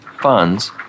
funds